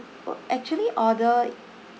uh actually order